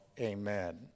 amen